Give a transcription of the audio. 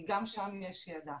כי גם שם יש ידע.